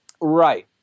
Right